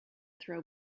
throw